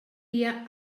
dia